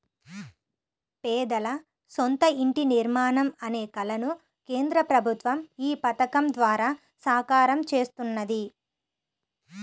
పేదల సొంత ఇంటి నిర్మాణం అనే కలను కేంద్ర ప్రభుత్వం ఈ పథకం ద్వారా సాకారం చేస్తున్నది